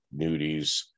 nudies